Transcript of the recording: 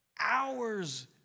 hours